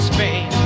Spain